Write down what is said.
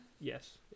Yes